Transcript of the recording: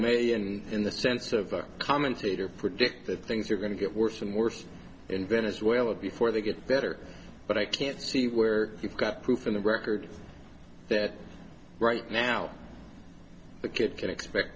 may in in the sense of a commentator predict that things are going to get worse and worse in venezuela before they get better but i can't see where you've got proof in the record that right now the kid can expect